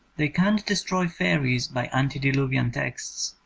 they can't destroy fairies by antediluvian texts,